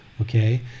okay